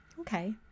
Okay